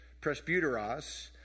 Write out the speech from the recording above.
presbyteros